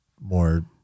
more